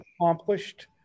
accomplished